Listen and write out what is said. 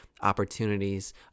opportunities